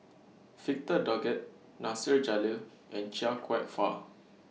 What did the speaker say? Victor Doggett Nasir Jalil and Chia Kwek Fah